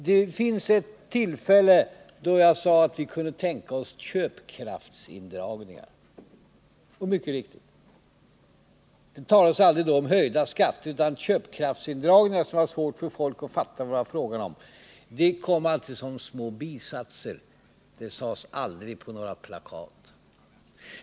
Det fanns tillfällen då jag sade att vi kunde tänka oss köpkraftsindragningar. Ja, mycket riktigt. Det talades aldrig om höjda skatter utan om köpkraftsindragningar, vilket gjorde det svårt för folk att veta vad det var fråga om. Och talet om köpkraftsindragningar kom alltid som små bisatser. Det sades aldrig på några plakat.